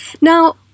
Now